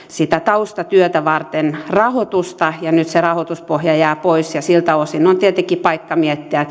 sitä taustatyötä varten rahoitusta ja nyt se rahoituspohja jää pois siltä osin on tietenkin paikka miettiä